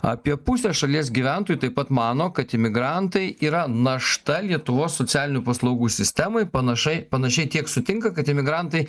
apie pusė šalies gyventojų taip pat mano kad imigrantai yra našta lietuvos socialinių paslaugų sistemai panašai panašiai tiek sutinka kad imigrantai